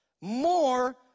more